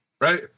right